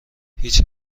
هیچ